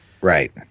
Right